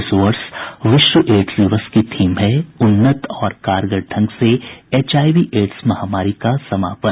इस वर्ष विश्व एड्स दिवस की थीम है उन्नत और कारगर ढंग से एचआईवी एड्स महामारी का समापन